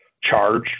charge